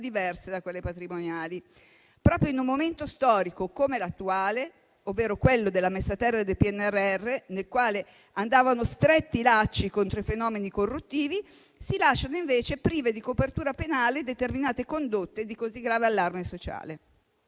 diverse da quelle patrimoniali. Proprio in un momento storico come l'attuale, ovvero quello della messa a terra del PNRR, nel quale andavano stretti i lacci contro i fenomeni corruttivi, si lasciano invece prive di copertura penale determinate condotte di così grave allarme sociale.